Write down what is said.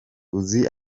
uzi